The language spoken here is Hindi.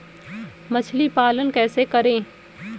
मछली पालन कैसे करें?